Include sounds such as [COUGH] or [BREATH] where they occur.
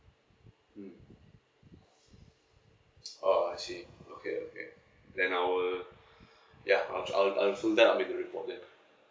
mm oh I see okay okay then I will [BREATH] ya I'll try I will I will cool down and make a report then